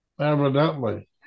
Evidently